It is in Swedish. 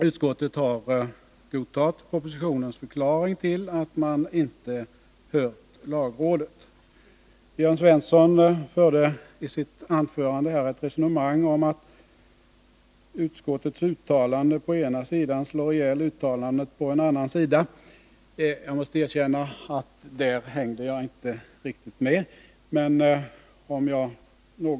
Utskottet har godtagit propositionens förklaring till att man inte har hört lagrådet. Jörn Svensson förde i sitt anförande ett resonemang om att utskottets uttalande på den ena sidan slår ihjäl uttalandet på den andra sidan. Jag måste erkänna att jag inte riktigt hängde med i det resonemanget.